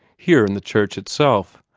here in the church itself,